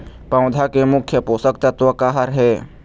पौधा के मुख्य पोषकतत्व का हर हे?